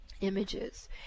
images